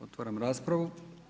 Otvaram raspravu.